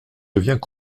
devient